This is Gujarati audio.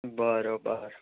બરાબર